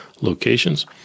locations